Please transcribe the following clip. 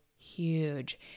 Huge